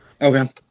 Okay